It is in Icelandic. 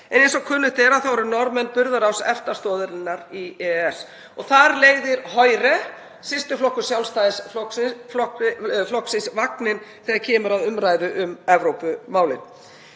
Eins og kunnugt er þá eru Norðmenn burðarás EFTA-stoðarinnar í EES og þar leiðir Høyre, systurflokkur Sjálfstæðisflokksins, vagninn þegar kemur að umræðu um Evrópumálin.